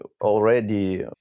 already